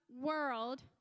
world